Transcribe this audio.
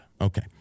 Okay